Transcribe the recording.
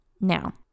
Now